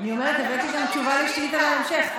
אני אומרת, הבאתי גם תשובה על שאילתת ההמשך.